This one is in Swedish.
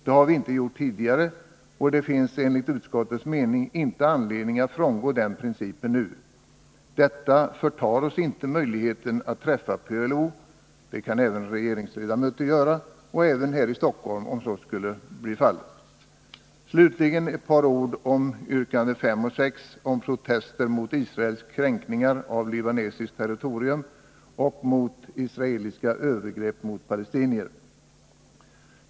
Det har vi inte gjort tidigare, och det finns enligt utskottets mening inte anledning att frångå den principen nu. Detta förtar oss inte möjligheten att träffa PLO — det kan även regeringsledamöter göra, och även här i Stockholm om så skulle vara. Slutligen ett par ord om yrkandena 5 och 6 om protester mot Israels kränkningar av libanesiskt territorium och mot israeliska övergrepp mot palestinier.